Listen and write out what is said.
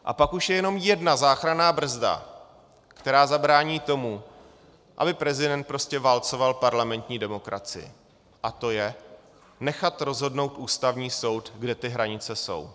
A pak už je jenom jedna záchranná brzda, která zabrání tomu, aby prezident prostě válcoval parlamentní demokracii, a to je nechat rozhodnout Ústavní soud, kde ty hranice jsou.